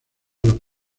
los